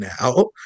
now